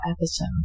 episode